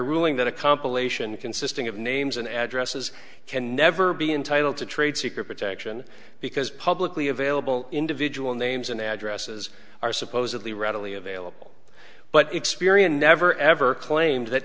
ruling that a compilation consisting of names and addresses can never be entitled to trade secret protection because publicly available individual names and addresses are supposedly readily available but experian never ever claimed that